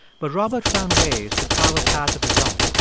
but robert found ways to carve a path of his own.